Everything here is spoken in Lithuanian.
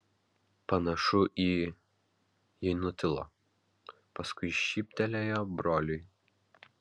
panašu į ji nutilo paskui šyptelėjo broliui